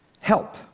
help